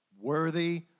Worthy